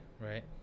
right